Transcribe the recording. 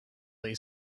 lay